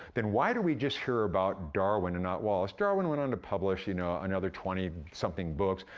then, why do we just hear about darwin and not wallace? darwin went on to publish you know another twenty something books.